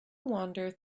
wander